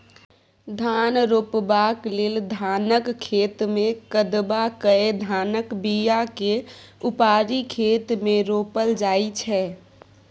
धान रोपबाक लेल धानक खेतमे कदबा कए धानक बीयाकेँ उपारि खेत मे रोपल जाइ छै